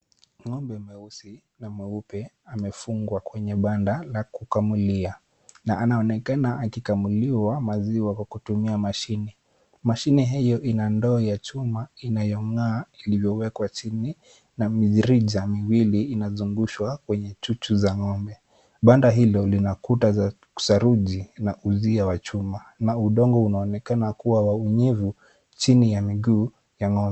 Ng'ombe mweusi na mweupe amefungwa kwenye banda la kukamulia na anaonekana akikamuliwa maziwa kwa kutumia mashine. Mashine hiyo ina ndoo ya chuma inayong'aa iliyowekwa chini na mifirija miwili inazungushwa kwenye chuchu za ng'ombe. Banda hilo lina kuta za saruji na uzia wa chuma na udongo unaonekana kuwa unyivu chini ya miguu ya ng'ombe.